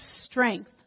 strength